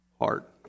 Heart